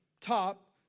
top